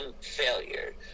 failure